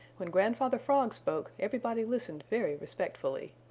when grandfather frog spoke everybody listened very respectfully.